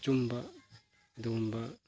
ꯑꯆꯨꯝꯕ ꯑꯗꯨꯒꯨꯝꯕ